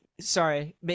sorry